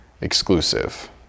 exclusive